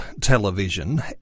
television